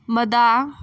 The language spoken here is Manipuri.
ꯃꯗꯥ